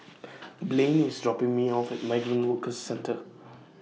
Blaine IS dropping Me off At Migrant Workers Centre